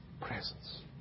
presence